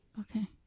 Okay